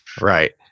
Right